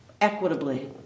equitably